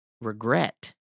regret